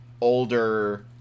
older